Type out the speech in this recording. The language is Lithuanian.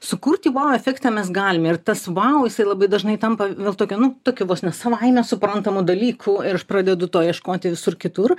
sukurti vau efektą mes galime ir tas vau jisai labai dažnai tampa vėl tokiu nu tokiu vos ne savaime suprantamu dalyku ir aš pradedu to ieškoti visur kitur